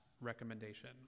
recommendation